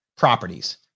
Properties